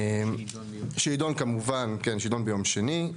שידון כמובן ביום שני.